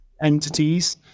entities